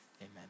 amen